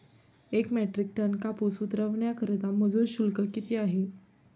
एक metric ton कापूस उतरवण्याकरता मजूर शुल्क किती आहे?